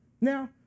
Now